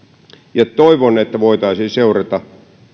toivon että voitaisiin seurata